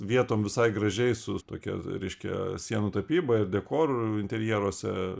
vietom visai gražiai su tokia reiškia sienų tapyba ir dekoru interjeruose